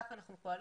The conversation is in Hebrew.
כך אנחנו פועלים.